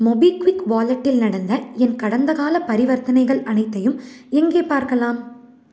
MobiKwik வாலெட்டில் நடந்த என் கடந்தக்காலப் பரிவர்த்தனைகள் அனைத்தையும் எங்கே பார்க்கலாம்